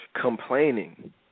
Complaining